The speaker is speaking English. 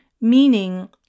Meaning